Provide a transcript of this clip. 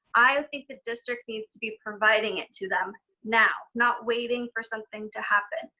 i and think the district needs to be providing it to them now, not waiting for something to happen.